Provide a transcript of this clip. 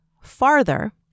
farther